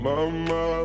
Mama